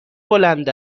بلند